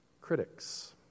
critics